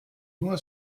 nur